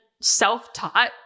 self-taught